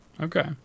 Okay